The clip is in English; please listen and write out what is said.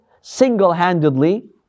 single-handedly